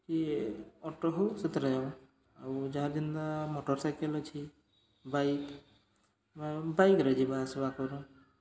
କି ଅଟୋ ହଉ ସେଥିରେ ଯାଉ ଆଉ ଯାହାର୍ ଯେନ୍ତା ମଟର୍ସାଇକେଲ୍ ଅଛେ ବାଇକ୍ ବା ବାଇକ୍ରେ ଯିବା ଆସିବା କରୁ